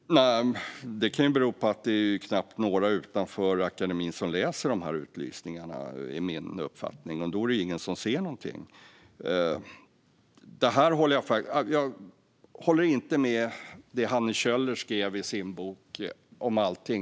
Herr ålderspresident! Min uppfattning är att det kan bero på att det knappt är några utanför akademin som läser utlysningarna, och då är det ju ingen som ser någonting. Jag håller inte med om allting som Hanne Kjöller skrivit i sin bok.